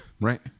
Right